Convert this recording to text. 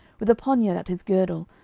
with a poniard at his girdle,